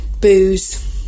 booze